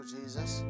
Jesus